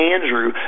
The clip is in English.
Andrew